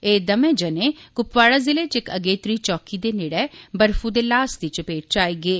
एह् दौनें जनें कुपवाड़ा जिले च इक अगेत्री चौकी दे नेड़े बर्फू दे ल्हास दी चपेट च आई गे